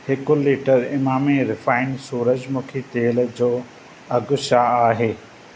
हिकु लीटरु इमामी रिफाइंड सूरजमुखी तेलु जो अघि छा आहे